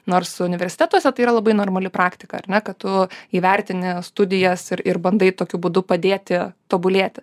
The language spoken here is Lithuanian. nors universitetuose tai yra labai normali praktika ar ne kad tu įvertini studijas ir ir bandai tokiu būdu padėti tobulėti